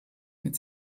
mit